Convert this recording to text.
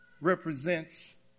represents